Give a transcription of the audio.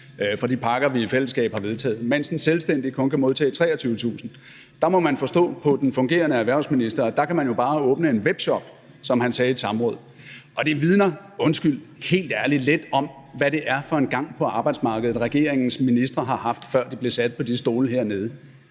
fra de pakker, vi i fællesskab har vedtaget, mens en selvstændig kun kan modtage 23.000 kr. Der må man forstå på den fungerende erhvervsminister, at der kan man jo bare åbne en webshop, som han sagde i et samråd. Og det vidner, undskyld mig, lidt om, hvad det er for en gang på arbejdsmarkedet, regeringens ministre har haft, før de blev sat på de stole hernede.